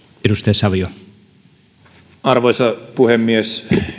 arvoisa puhemies